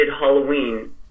Halloween